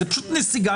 זו פשוט נסיגה.